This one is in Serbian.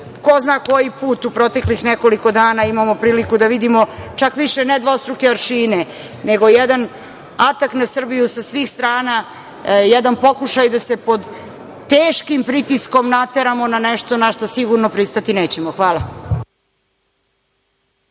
Ko zna koji put u proteklih nekoliko dana imamo priliku da vidimo, čak više ne dvostruke aršine, nego jedan atak na Srbiju sa svih strana, jedan pokušaj da se pod teškim pritiskom nateramo na nešto na šta sigurno pristati nećemo. Hvala.